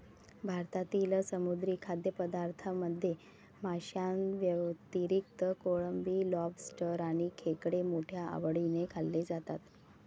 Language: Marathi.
भारतातील समुद्री खाद्यपदार्थांमध्ये माशांव्यतिरिक्त कोळंबी, लॉबस्टर आणि खेकडे मोठ्या आवडीने खाल्ले जातात